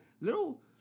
little